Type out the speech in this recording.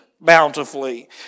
bountifully